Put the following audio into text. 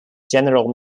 general